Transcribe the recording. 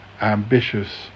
ambitious